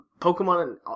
Pokemon